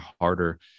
harder